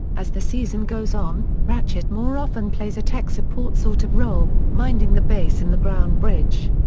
as the season goes on, ratchet more often plays a tech support sort of role, minding the base and the ground bridge.